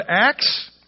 Acts